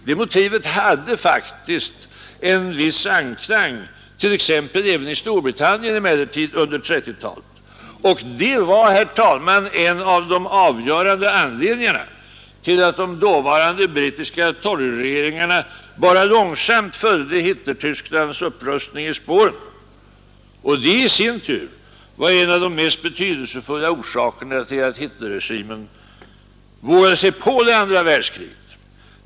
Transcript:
Det motivet hade faktiskt en viss anklang t.ex. även i Storbritannien under 1930-talet. Det var, herr talman, en av de avgörande anledningarna till att den dåvarande brittiska toryregeringen bara långsamt följde Hitlertysklands upprustning i spåren, och det i sin tur var en av de mest betydelsefulla orsakerna till att Hitlerregimen vågade sig på det andra världskriget.